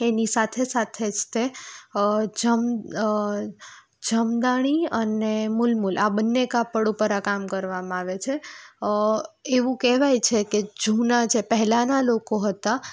એની સાથે સાથે જ તે જમદાણી અને મલમલ આ બંને કાપડ ઉપર આ કામ કરવામાં આવે છે એવું કહેવાય છે કે જૂના જે પહેલાનાં લોકો હતા એ